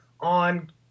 on